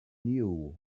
knew